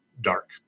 dark